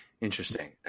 Interesting